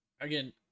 Again